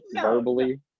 verbally